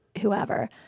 whoever